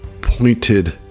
pointed